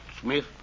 Smith